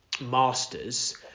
masters